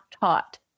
taught